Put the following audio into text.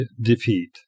defeat